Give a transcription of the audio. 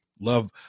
Love